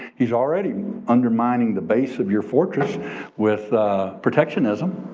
he's already undermining the base of your fortress with protectionism.